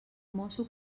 mosso